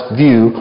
view